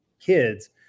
kids